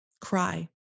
CRY